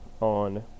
on